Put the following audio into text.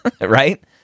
right